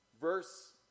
Verse